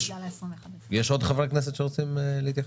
יש עוד חברי כנסת שרוצים להתייחס?